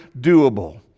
doable